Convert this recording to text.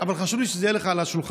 אבל חשוב לי שזה יהיה לך על השולחן: